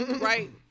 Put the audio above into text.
Right